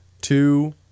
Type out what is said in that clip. two